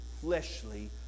fleshly